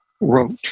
wrote